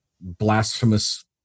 blasphemous